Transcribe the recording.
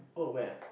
oh where